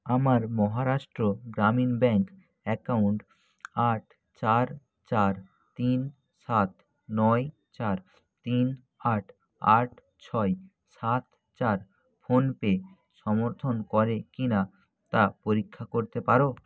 আমার Maharashtra Gramin bank account আট চার চার তিন সাত নয় চার তিন আট আট ছয় সাত চার ফোনপে সমর্থন করে কি না তা পরীক্ষা করতে পার